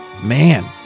Man